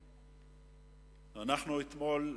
אתמול,